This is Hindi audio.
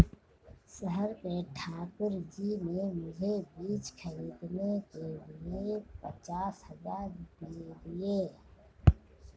शहर के ठाकुर जी ने मुझे बीज खरीदने के लिए पचास हज़ार रूपये दिए